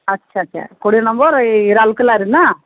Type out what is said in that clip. ଆଚ୍ଛା ଆଚ୍ଛା କୋଡ଼ିଏ ନମ୍ବର୍ ଏଇ ରାଉରକେଲାରେ ନା